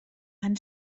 han